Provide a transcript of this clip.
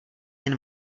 jen